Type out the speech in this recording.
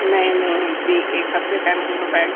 नहीं नहीं जी एक हफ़्ते का नहीं हो पाएगा